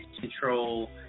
control